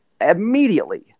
immediately